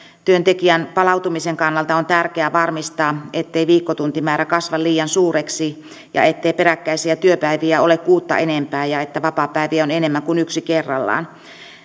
työntekijän palautumisen kannalta on tärkeää varmistaa ettei viikkotuntimäärä kasva liian suureksi ja ettei peräkkäisiä työpäiviä ole kuutta enempää ja että vapaapäiviä on enemmän kuin yksi kerrallaan